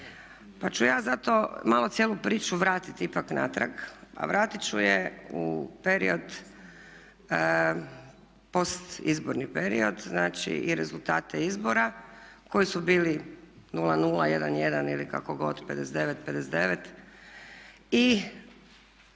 Pa ću ja zato malo cijelu priču vratiti ipak natrag, a vratiti ću je u period post izborni period znači i rezultate izbora koji su bili 0:0 ili 1:1 ili kako god 59:59 i